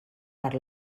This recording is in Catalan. per